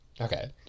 okay